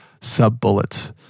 sub-bullets